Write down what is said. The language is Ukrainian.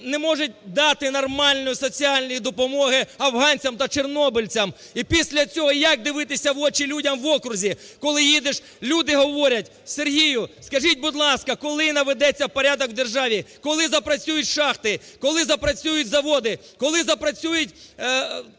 не може дати нормальну соціальну допомогу афганцям та чорнобильцям. І після цього як дивитися в очі людям в окрузі, коли їдеш, люди говорять: Сергію, скажіть, будь ласка, коли наведеться порядок у державі, коли запрацюють шахти, коли запрацюють заводи, коли запрацює